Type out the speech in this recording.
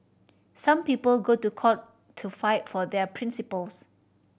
some people go to court to fight for their principles